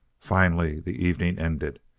finally, the evening ended.